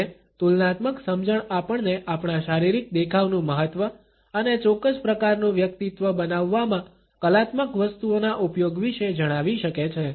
અને તુલનાત્મક સમજણ આપણને આપણા શારીરિક દેખાવનું મહત્વ અને ચોક્કસ પ્રકારનું વ્યક્તિત્વ બનાવવામાં કલાત્મક વસ્તુઓના ઉપયોગ વિશે જણાવી શકે છે